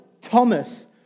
Thomas